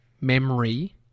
memory